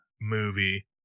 movie